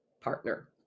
partner